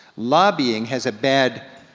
lobbying has a bad